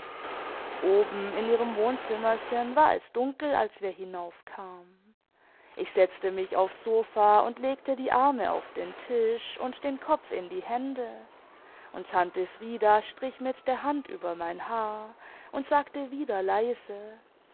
oben in ihrem wohnzimmerchen war es dunkel als wir hinaufkamen ich setzte mich aufs sofa und lege die arme auf den tisch und den kopf in die hände und tante frieda strich mit der hand über mein haar und sagte wieder leise